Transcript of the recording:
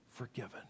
forgiven